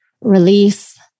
release